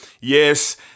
Yes